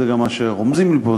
זה גם מה שרומזים לי פה.